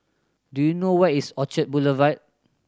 do you know where is Orchard Boulevard